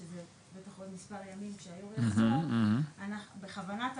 בטח בעוד מספר ימים --- בכוונת הוועדה,